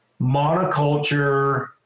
monoculture